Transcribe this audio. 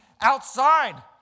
outside